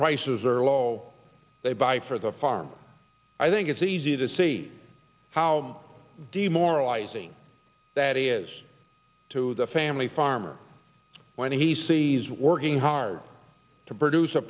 prices are low they buy for the farm i think it's easy to see how do you moralizing that is to the family farmer when he sees working hard to produce a